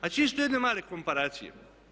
A čisto jedne male komparacije.